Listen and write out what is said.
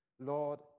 Lord